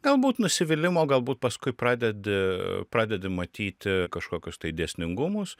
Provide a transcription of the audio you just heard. galbūt nusivylimo galbūt paskui pradedi pradedi matyti kažkokius tai dėsningumus